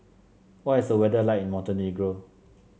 what is the weather like in Montenegro